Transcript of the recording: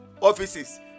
offices